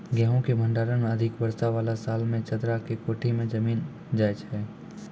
गेहूँ के भंडारण मे अधिक वर्षा वाला साल मे चदरा के कोठी मे जमीन जाय छैय?